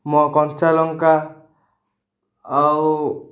ମୋ କଞ୍ଚାଲଙ୍କା ଆଉ